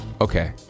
okay